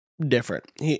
Different